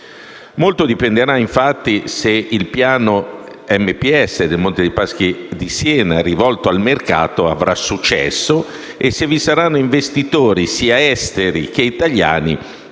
Molto dipenderà, infatti, se il piano del Monte dei Paschi di Siena, rivolto al mercato, avrà successo e se vi saranno investitori, sia esteri che italiani,